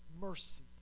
mercy